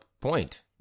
point